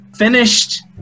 Finished